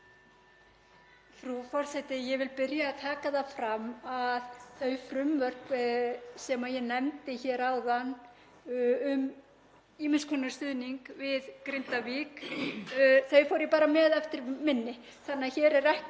Frú forseti. Ég vil byrja á að taka það fram að þau frumvörp sem ég nefndi hér áðan um ýmiss konar stuðning við Grindavík fór ég bara með eftir minni